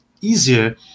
easier